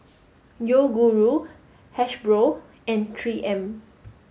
Yoguru Hasbro and three M